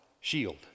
shield